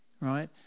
right